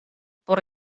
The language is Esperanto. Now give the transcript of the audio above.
por